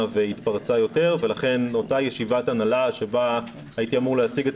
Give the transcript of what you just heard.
והתפרצה יותר ולכן אותה ישיבת הנהלה שבה הייתי אמור להציג את